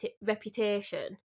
reputation